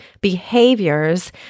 behaviors